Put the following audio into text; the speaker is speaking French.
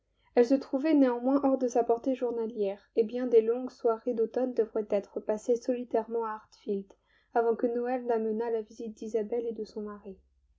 elle se trouvait néanmoins hors de sa portée journalière et bien des longues soirées d'automne devraient être passées solitairement à hartfield avant que noël n'amenât la visite d'isabelle et de son mari